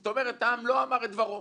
זאת אומרת, העם לא אמר את דברו.